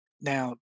Now